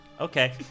Okay